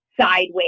sideways